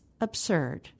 absurd